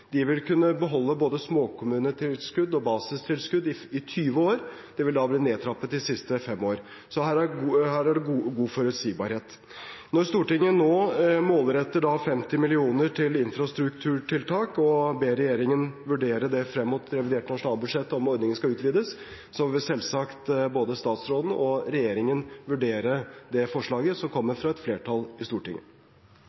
vil kunne beholde både småkommunetilskudd og basistilskudd i 20 år. Det vil da bli nedtrappet de siste fem årene. Så her er det god forutsigbarhet. Når Stortinget nå målretter 50 mill. kr til infrastrukturtiltak og ber regjeringen vurdere frem mot revidert nasjonalbudsjett om ordningen skal utvides, vil selvsagt både statsråden og regjeringen vurdere forslaget, som kommer fra et flertall i Stortinget.